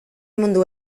mundu